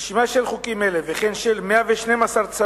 רשימה של חוקים אלה, וכן של 112 צווים